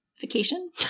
vacation